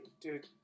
Dude